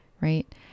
right